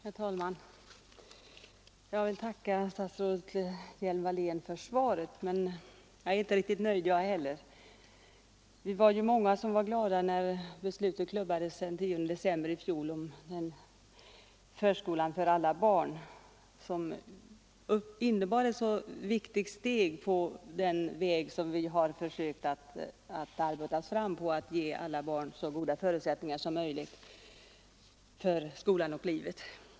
Herr talman! Jag vill tacka statsrådet Hjelm-Wallén för svaret, men jag är inte heller riktigt nöjd. Vi var många som var glada den 10 december i fjol när beslutet klubbades om förskolan för alla barn. Detta innebar ett mycket viktigt steg på den väg som vi har försökt arbeta oss fram på, att ge alla barn så goda förutsättningar som möjligt för förskolan och livet.